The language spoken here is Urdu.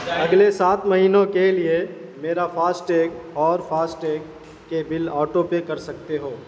اگلے سات مہینوں کے لیے میرا فاسٹیگ اور فاسٹیگ کے بل آٹو پے کر سکتے ہو